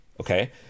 Okay